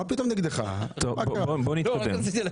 בואו נתקדם.